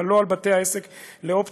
אבל לא אחר בתי העסק לאופטיקה,